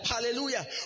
hallelujah